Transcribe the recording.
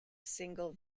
single